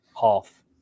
half